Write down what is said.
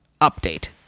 update